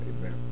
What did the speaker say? Amen